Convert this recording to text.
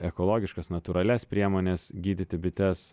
ekologiškas natūralias priemones gydyti bites